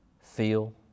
feel